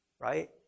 right